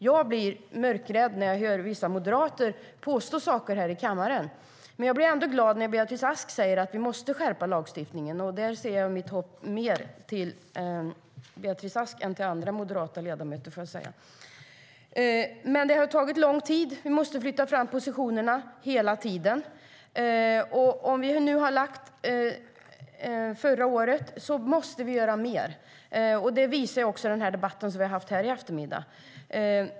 Jag blir mörkrädd när jag hör vissa moderater påstå saker här i kammaren. Men jag blir ändå glad när Beatrice Ask säger att vi måste skärpa lagstiftningen. Jag sätter mitt hopp mer till Beatrice Ask än till andra moderata ledamöter. Det har tagit lång tid, vi måste flytta fram positionerna hela tiden, och vi måste göra mer. Det visar också den debatt som vi har haft här i eftermiddag.